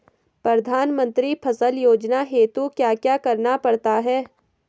प्रधानमंत्री फसल योजना हेतु क्या क्या करना पड़ता है?